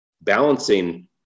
balancing